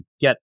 get